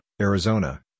Arizona